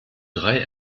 drei